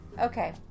Okay